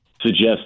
suggest